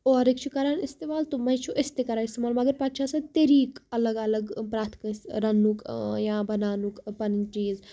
اورٕکۍ چھِ کَران استعمال تِمَے چھُ أسۍ تہِ کَران استعمال مگر پَتہٕ چھِ آسان طٔریٖقہٕ الگ الگ پرٮ۪تھ کٲنٛسہِ رَننُک یا بَناونُک پَنٕنۍ چیٖز